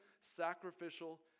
sacrificial